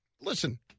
listen